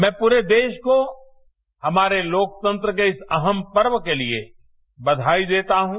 मैं पूरे देश को हमारे लोकतंत्र देश को अहम पर्व के लिए बधाई देता हूं